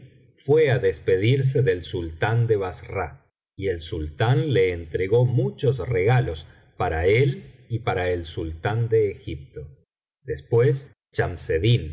fué á despedirse del sultán de bassra y el sultán le entregó muchos regalos para él y para el sultán de egipto después